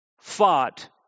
fought